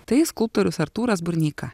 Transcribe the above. tai skulptorius artūras burneika